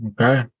Okay